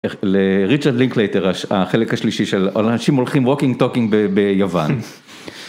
לריצ'ארד לינקלייטר, החלק השלישי של אנשים הולכים ווקינג טוקינג ביוון.